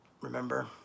remember